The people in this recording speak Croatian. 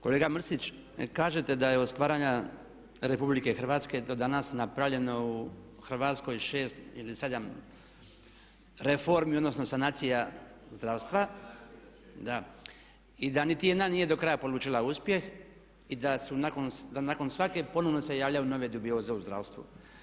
Kolega Mrsić, kažete da je od stvaranja Republike Hrvatske do danas napravljeno u Hrvatskoj 6 ili 7 reformi odnosno sanacija zdravstva i da nitijedna nije do kraja polučila uspjeh i da nakon svake ponovno se javljaju nove dubioze u zdravstvu.